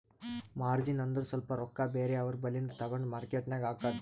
margin ಅಂದುರ್ ಸ್ವಲ್ಪ ರೊಕ್ಕಾ ಬೇರೆ ಅವ್ರ ಬಲ್ಲಿಂದು ತಗೊಂಡ್ ಮಾರ್ಕೇಟ್ ನಾಗ್ ಹಾಕದ್